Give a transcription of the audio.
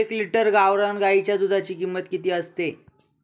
एक लिटर गावरान गाईच्या दुधाची किंमत किती असते?